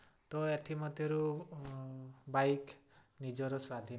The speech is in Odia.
ତ ଏଥିମଧ୍ୟରୁ ବାଇକ୍ ନିଜର ସ୍ୱାଧିନ